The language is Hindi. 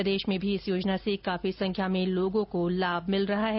प्रदेश में भी इस योजना से काफी संख्या में लोगों को लाभ भिल रहा है